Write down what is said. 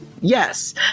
Yes